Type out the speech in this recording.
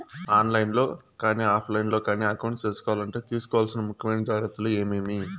On line లో కానీ offline లో కానీ అకౌంట్ సేసుకోవాలంటే తీసుకోవాల్సిన ముఖ్యమైన జాగ్రత్తలు ఏమేమి?